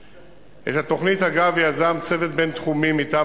2. את התוכנית הגה ויזם צוות בין-תחומי מטעם